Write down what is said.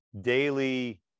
daily